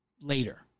later